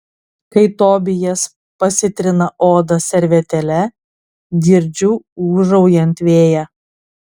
kai tobijas pasitrina odą servetėle girdžiu ūžaujant vėją